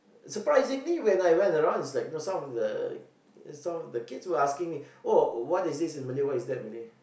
surprisingly when I went around is like some of the some of the kids were asking me oh what is this in Malay what is that in Malay